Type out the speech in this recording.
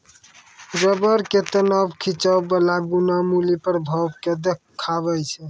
rubber के तनाव खिंचाव बाला गुण मुलीं प्रभाव के देखाबै छै